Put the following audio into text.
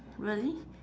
really